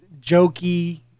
jokey